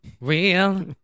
real